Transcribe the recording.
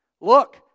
Look